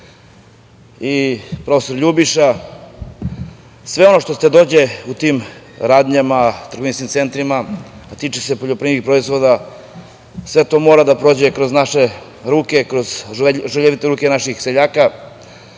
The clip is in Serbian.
i prof. Ljubiša. Sve ono što dođe u te radnje, trgovinske centre, a tiče se poljoprivrednih proizvoda, sve to mora da prođe kroz naše ruke, kroz žuljevite ruke naših seljaka.